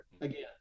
again